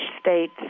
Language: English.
states